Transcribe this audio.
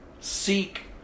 seek